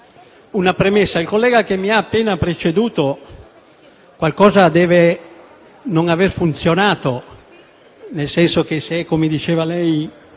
Una premessa al collega che mi ha appena preceduto: qualcosa deve non aver funzionato, nel senso che, se, come egli